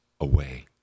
away